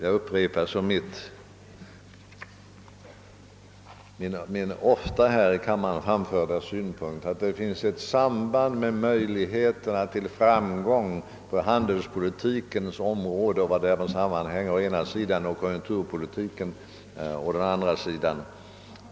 Jag upprepar därför min ofta här i kammaren framförda synpunkt att det finns ett samband mellan möjligheten till framgång på handelspolitikens område och vad därmed sammanhänger, å ena sidan, och 'konjunkturpolitiken å andra sidan.